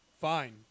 fine